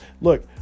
Look